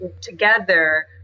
together